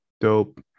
dope